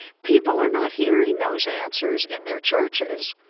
people are not hearing those answers in their churches,